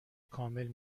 کامل